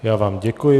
Já vám děkuji.